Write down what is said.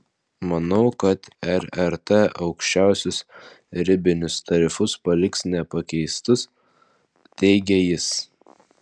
manau kad rrt aukščiausius ribinius tarifus paliks nepakeistus teigia jis